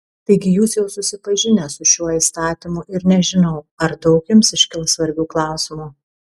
taigi jūs jau susipažinę su šiuo įstatymu ir nežinau ar daug jums iškils svarbių klausimų